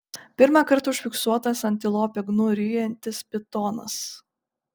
pirmą kartą užfiksuotas antilopę gnu ryjantis pitonas